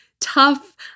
tough